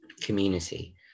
community